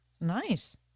nice